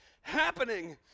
happening